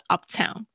Uptown